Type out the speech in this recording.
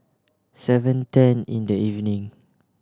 seven ten in the evening